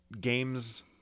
games